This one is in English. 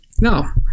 Now